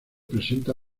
presenta